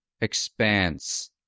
expanse